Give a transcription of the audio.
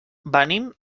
venim